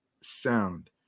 sound